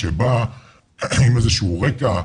שבא עם איזה שהוא רקע,